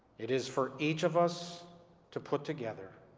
it is for each of us to put together